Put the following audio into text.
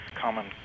common